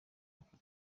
aka